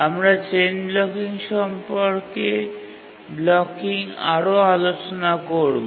আমরা chain blocking সম্পর্কে আরও আলোচনা করব